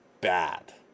bad